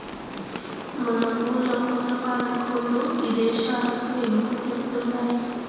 మన ఊర్ల కోల్లఫారం కోల్ల్లు ఇదేశాలకు ఎగుమతవతండాయ్